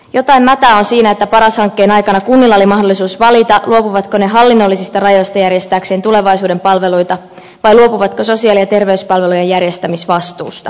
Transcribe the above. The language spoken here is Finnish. jotain mätää on siinä että paras hankkeen aikana kunnilla oli mahdollisuus valita luopuvatko ne hallinnollisista rajoista järjestääkseen tulevaisuuden palveluita vai luopuvatko sosiaali ja terveyspalvelujen järjestämisvastuusta